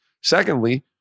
Secondly